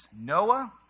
Noah